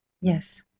Yes